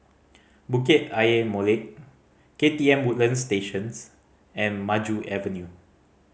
Bukit Ayer Molek K T M Woodlands Statios and Maju Avenue